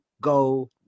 Go